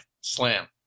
slam